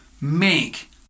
make